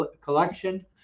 collection